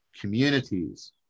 communities